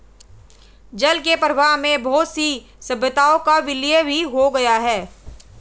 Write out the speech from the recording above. जल के प्रवाह में बहुत सी सभ्यताओं का विलय भी हो गया